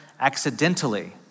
accidentally